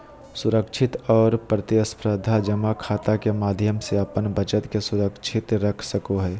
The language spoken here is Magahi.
सुरक्षित और प्रतिस्परधा जमा खाता के माध्यम से अपन बचत के सुरक्षित रख सको हइ